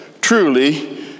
Truly